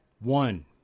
one